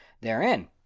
therein